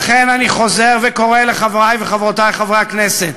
לכן אני חוזר וקורא לחברי וחברותי חברי הכנסת: